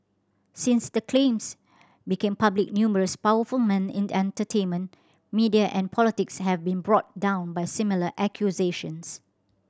since the claims became public numerous powerful men in entertainment media and politics have been brought down by similar accusations